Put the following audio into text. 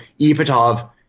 Ipatov